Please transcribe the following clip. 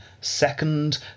Second